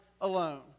alone